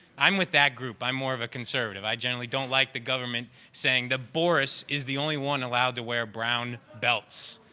i'm with that group. i'm more of a conservative. i generally don't like the government saying that, boris is the only one allowed to wear brown belts.